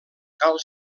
cal